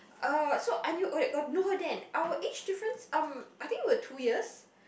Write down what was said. uh so I knew wait got know her then our age difference um I think were two years